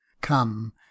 Come